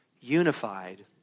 unified